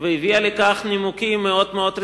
והביאה לכך נימוקים מאוד-מאוד רציניים,